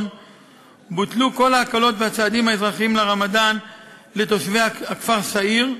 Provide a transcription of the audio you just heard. בוטלו כל ההקלות והצעדים האזרחיים לרמדאן לתושבי הכפר סעיר,